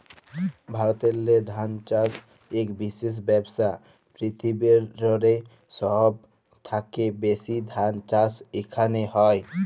ভারতেল্লে ধাল চাষ ইক বিশেষ ব্যবসা, পিরথিবিরলে সহব থ্যাকে ব্যাশি ধাল চাষ ইখালে হয়